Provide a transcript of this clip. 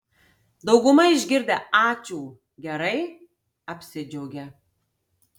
dauguma išgirdę ačiū gerai apsidžiaugia